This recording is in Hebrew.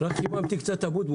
התייחסות כללית.